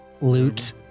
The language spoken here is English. Loot